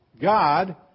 God